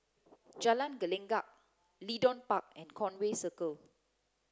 Jalan Gelenggang Leedon Park and Conway Circle